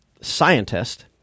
scientist